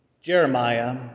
Jeremiah